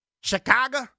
Chicago